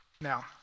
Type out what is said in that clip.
Now